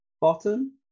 bottom